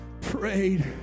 prayed